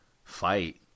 Fight